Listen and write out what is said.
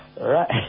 Right